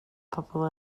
pobl